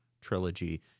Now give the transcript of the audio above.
trilogy